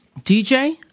dj